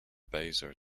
bezier